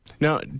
Now